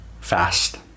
fast